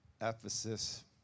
Ephesus